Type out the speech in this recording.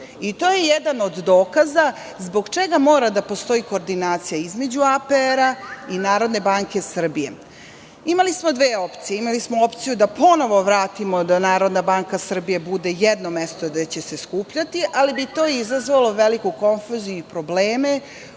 To je jedan od dokaza zbog čega mora da postoji koordinacija između APR i Narodne banke Srbije. Imali smo dve opcije. Imali smo opciju da ponovo vratimo da Narodna banka Srbije bude jedno mesto gde će se skupljati, ali bi to izazvalo veliku konfuziju i probleme